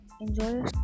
Enjoy